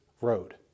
road